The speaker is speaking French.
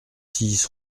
six